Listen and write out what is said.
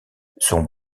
son